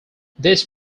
these